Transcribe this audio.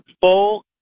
full